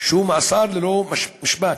שהוא מאסר ללא משפט.